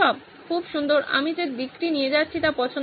খুব সুন্দর আমি যে দিকটি নিয়ে যাচ্ছি তা পছন্দ করেছি